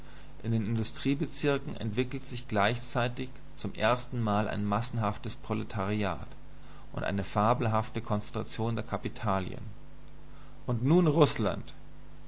in den industriebezirken entwickelt sich gleichzeitig zum erstenmal ein massenhaftes proletariat und eine fabelhafte konzentration der kapitalien und nun rußland